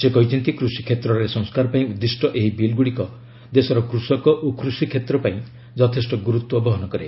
ସେ କହିଛନ୍ତି କୃଷି କ୍ଷେତ୍ରରେ ସଂସ୍କାର ପାଇଁ ଉଦ୍ଦିଷ୍ଟ ଏହି ବିଲ୍ଗୁଡ଼ିକ ଦେଶର କୃଷକ ଓ କୃଷିକ୍ଷେତ୍ର ପାଇଁ ଯଥେଷ୍ଟ ଗୁରୁତ୍ୱ ବହନ କରେ